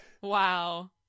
Wow